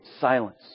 Silence